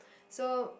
so